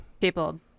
people